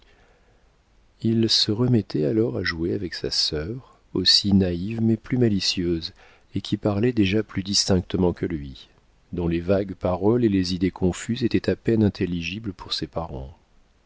il se remettait alors à jouer avec sa sœur aussi naïve mais plus malicieuse et qui parlait déjà plus distinctement que lui dont les vagues paroles et les idées confuses étaient à peine intelligibles pour ses parents